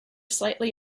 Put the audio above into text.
slightly